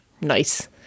nice